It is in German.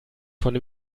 von